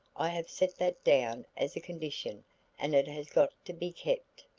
i have set that down as a condition and it has got to be kept.